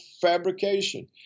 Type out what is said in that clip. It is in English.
fabrication